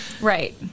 right